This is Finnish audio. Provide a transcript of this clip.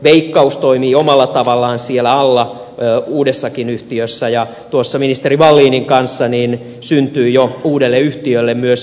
veikkaus toimii omalla tavallaan siellä alla uudessakin yhtiössä ja tuossa ministeri wallinin kanssa syntyi jo uudelle yhtiölle myös nimikin